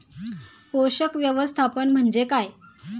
पोषक व्यवस्थापन म्हणजे काय?